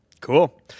cool